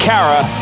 Kara